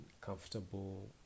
comfortable